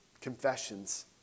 confessions